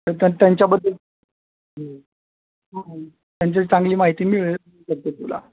तर त्या त्यांच्याबद्दल त्यांची चांगली माहिती मिळेल तुला